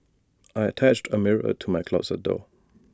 I attached A mirror to my closet door